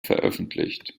veröffentlicht